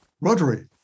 Rotary